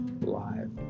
live